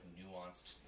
nuanced